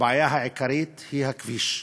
הבעיה העיקרית היא הכביש.